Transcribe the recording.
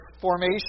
formation